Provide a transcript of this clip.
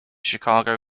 chicago